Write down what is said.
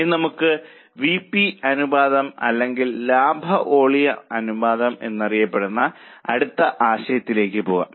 ഇനി നമുക്ക് P V അനുപാതം അല്ലെങ്കിൽ ലാഭ വോളിയം അനുപാതം എന്നറിയപ്പെടുന്ന അടുത്ത ആശയത്തിലേക്ക് പോകാം